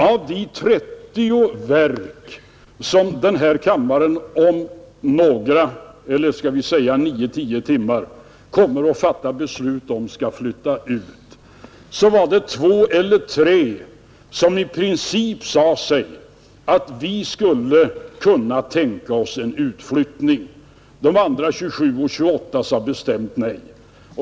Av de 30 verk som den här kammaren om kanske 9 eller 10 timmar kommer att fatta beslut om att flytta ut var det två eller tre som i princip sade sig kunna tänka sig en utflyttning. De övriga 27 eller 28 sade bestämt nej.